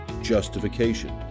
justification